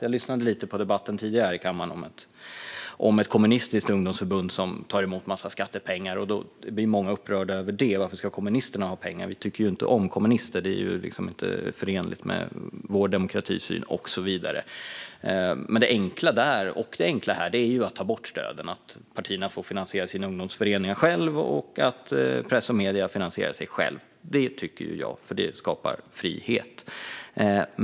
Jag lyssnade lite på en tidigare debatt här i kammaren om ett kommunistiskt ungdomsförbund som tar emot en massa skattepengar. Många blir upprörda över det: Varför ska kommunisterna ha pengar? Vi tycker inte om kommunister. Det är inte förenligt med vår demokratisyn och så vidare. Men det enkla där och det enkla här är att ta bort stöden, så att partierna får finansiera sina ungdomsföreningar själva och så att press och medier finansierar sig själva. Så tycker jag, för det skapar frihet.